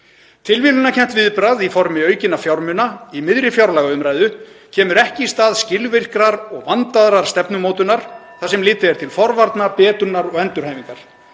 Tilviljunarkennt viðbragð í formi aukinna fjármuna í miðri fjárlagaumræðu kemur ekki í stað skilvirkrar og vandaðrar stefnumótunar (Forseti hringir.) þar sem litið er til forvarna, betrunar og endurhæfingar.